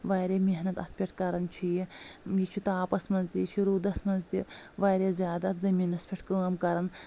واریاہ محنت اَتھ پٮ۪ٹھ کران چھُ یہِ یہِ چھُ تاپس منٛز تہِ یہِ چھُ روٗدَس منٛز تہِ واریاہ زیادٕ اَتھ زمیٖنس کٲم کران